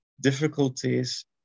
difficulties